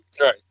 Right